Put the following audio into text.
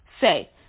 say